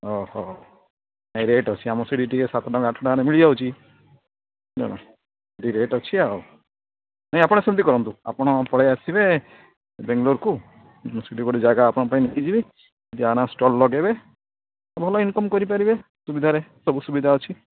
ଅହ ନାଇଁ ରେଟ୍ ଅଛି ଆମର ସେଇଠି ଟିକେ ସାତ ଟଙ୍କା ଆଠ ଟଙ୍କାରେ ମିଳିଯାଉଛି ସେଇଠି ରେଟ୍ ଅଛି ଆଉ ନାଇଁ ଆପଣ ସେମିତି କରନ୍ତୁ ଆପଣ ପଳାଇ ଆସିବେ ବାଙ୍ଗଲୋରକୁ ମୁଁ ସେଇଠି ଗୋଟେ ଜାଗା ଆପଣଙ୍କ ପାଇଁ ନେଇ ଯିବି ସେଇଠି ଷ୍ଟଲ୍ ଲଗାଇବେ ଭଲ ଇନ୍କମ୍ କରିପାରିବେ ସୁବିଧାରେ ସବୁ ସୁବିଧା ଅଛି